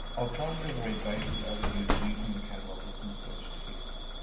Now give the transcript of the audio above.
i'll try and give a very basic overview of using the catalogue with some search tips.